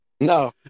No